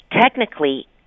technically